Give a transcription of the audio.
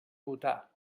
votar